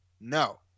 No